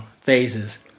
phases